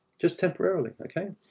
just temporarily, okay?